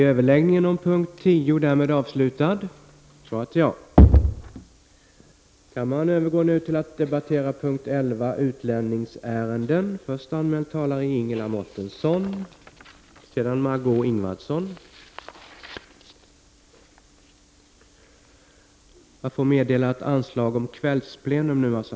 Jag får meddela att anslag nu har satts upp om att detta sammanträde skall fortsätta efter kl. 19.00.